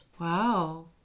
Wow